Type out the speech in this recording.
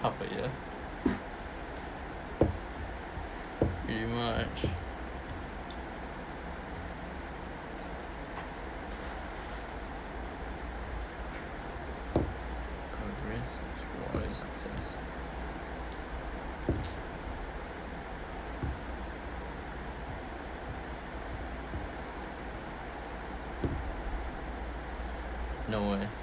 half a year pretty much success no eh